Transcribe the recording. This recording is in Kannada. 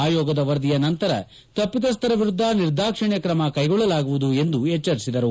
ಆಯೋಗದ ವರದಿ ನಂತರ ತಪ್ಪಿತಸ್ಥರ ವಿರುದ್ಧ ನಿರ್ದಾಕ್ಷಣ್ಯ ಕ್ರಮ ಕೈಗೊಳ್ಳಲಾಗುವುದು ಎಂದು ಎಚ್ಲರಿಸಿದರು